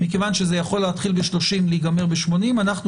כיוון שזה יכול להתחיל ב-30 ולהיגמר ב-80 אנחנו